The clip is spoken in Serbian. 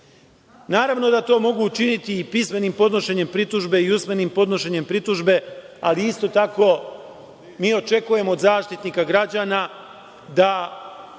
Naravno da to mogu učiniti i pismenim podnošenjem pritužbe i usmenim podnošenjem pritužbe, ali isto tako mi očekujemo od Zaštitnika građana da